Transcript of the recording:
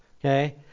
okay